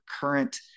current